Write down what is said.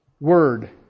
word